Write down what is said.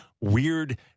weird